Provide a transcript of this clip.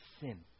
sin